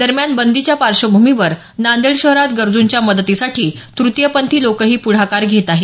दरम्यान बंदीच्या पार्श्वभूमीवर नांदेड शहरात गरजूंच्या मदतीसाठी तृतीय पंथी लोकही प्रढाकार घेत आहेत